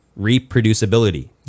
reproducibility